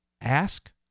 Ask